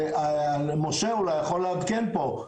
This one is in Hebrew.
משה אולי יכול לעדכן פה,